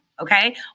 okay